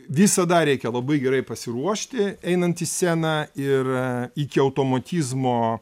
visada reikia labai gerai pasiruošti einant į sceną ir iki automatizmo